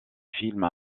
films